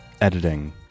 editing